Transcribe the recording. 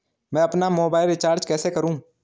मैं अपना mobile recharge कैसे करूँ?